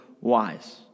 wise